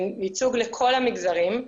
ייצוג לכל המגזרים.